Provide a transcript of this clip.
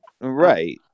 Right